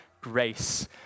grace